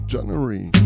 January